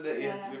ya